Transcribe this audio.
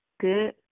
good